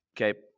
okay